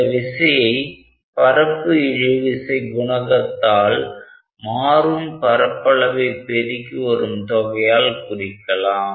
இந்த விசையை பரப்பு இழுவிசை குணகத்தால் மாறும் பரப்பளவை பெருக்கி வரும் தொகையால் குறிக்கலாம்